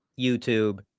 YouTube